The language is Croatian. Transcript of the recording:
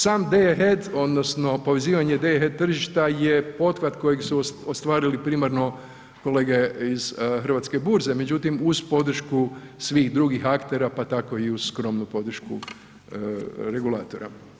Sam Day ahead odnosno povezivanje Day ahead tržišta je pothvat kojeg su ostvarili primarno kolege iz Hrvatske burze međutim uz podršku svih drugih aktera, pa tako i uz skromnu podršku regulatora.